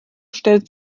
stellt